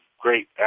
great